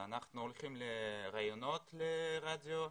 אנחנו הולכים לראיונות ברדיו,